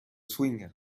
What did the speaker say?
swing